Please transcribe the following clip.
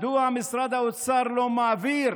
מדוע משרד האוצר לא מעביר